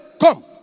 Come